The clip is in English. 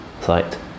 site